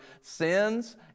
sins